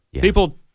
People